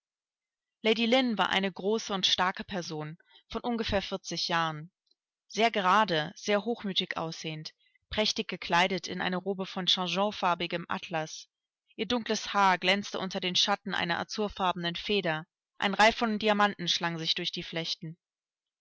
lady lynn war eine große und starke person von ungefähr vierzig jahren sehr gerade sehr hochmütig aussehend prächtig gekleidet in eine robe von changeant farbigem atlas ihr dunkles haar glänzte unter den schatten einer azurfarbenen feder ein reif von diamanten schlang sich durch die flechten